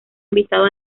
invitado